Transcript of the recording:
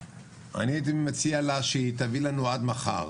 אני הייתי מציע לה שהיא תביא לנו עד מחר